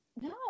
no